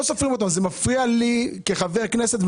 פשוט לא סופרים אותנו וזה מפריע לי כחבר כנסת.